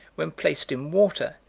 when placed in water,